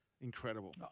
incredible